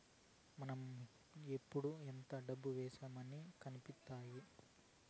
మనం ఎప్పుడు ఎంత డబ్బు వేశామో అన్ని కనిపిత్తాయి